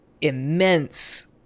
immense